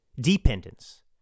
dependence